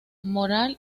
moral